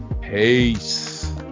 peace